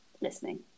listening